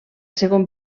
segon